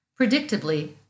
Predictably